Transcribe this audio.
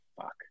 fuck